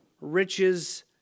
riches